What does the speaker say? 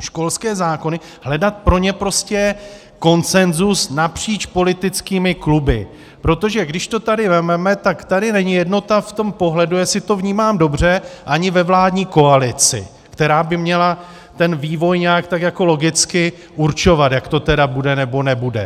školské zákony hledat pro ně konsenzus napříč politickými kluby, protože když to tady vezmeme, tak tady není jednota v tom pohledu, jestli to vnímám dobře, ani ve vládní koalici, která by měla ten vývoj tak nějak logicky určovat, jak to tedy bude, nebo nebude.